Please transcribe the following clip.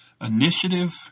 initiative